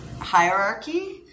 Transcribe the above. hierarchy